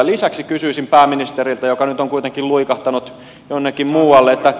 lisäksi kysyisin pääministeriltä joka nyt on kuitenkin luikahtanut jonnekin muualle